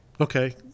okay